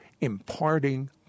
imparting